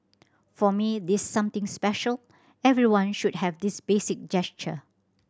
for me this something special everyone should have this basic gesture